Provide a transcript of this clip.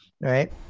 right